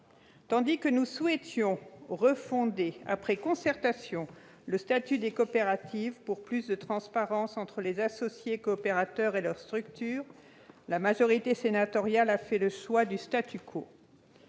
Tandis que nous souhaitions refonder, après concertation, le statut des coopératives pour plus de transparence entre les associés coopérateurs et leur structure, la majorité sénatoriale a fait le choix du. Tandis que